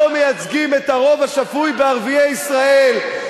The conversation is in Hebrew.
אתם לא מייצגים את הרוב השפוי בערביי ישראל.